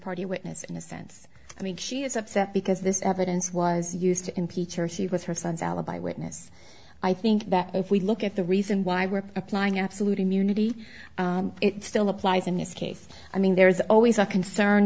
party witness in a sense i mean she is upset because this evidence was used to impeach her with her son's alibi witness i think if we look at the reason why we're applying absolute immunity it still applies in this case i mean there is always a concern